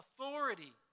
authority